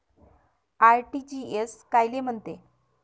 RTGS कायले म्हनते?